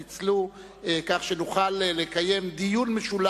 הבאות: הצעת חוק העסקת עובדים על-ידי קבלני כוח-אדם (תיקון מס' 5),